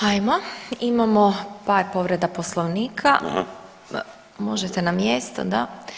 Hajmo, imamo par povreda Poslovnika, možete na mjesto da.